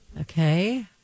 Okay